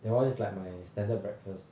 that [one] is like my standard breakfast